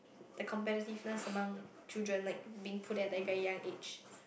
the competitiveness among children like being put there at very very young age